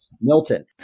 milton